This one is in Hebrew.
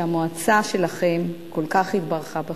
שהמועצה שלכם כל כך התברכה בהם.